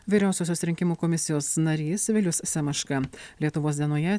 vyriausiosios rinkimų komisijos narys vilius semaška lietuvos dienoje